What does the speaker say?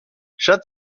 chad